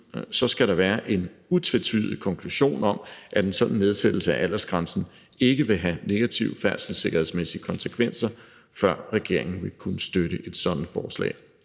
ud, skal der være en utvetydig konklusion om, at en sådan nedsættelse af aldersgrænsen ikke vil have negative færdselssikkerhedsmæssige konsekvenser, før regeringen vil kunne støtte et sådant forslag.